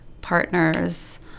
partners